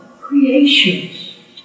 creations